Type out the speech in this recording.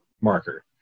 marker